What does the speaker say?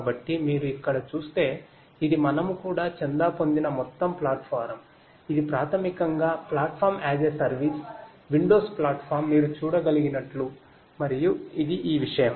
కాబట్టి మీరు ఇక్కడ చూస్తే ఇది మనము కూడా చందా పొందిన మొత్తం ప్లాట్ఫారమ్ ఇది ప్రాథమికంగా platform as a service windows platform మీరు చూడగలిగినట్లు మరియు ఇది ఈ విషయం